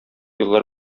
еллар